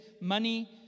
money